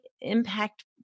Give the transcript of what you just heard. impact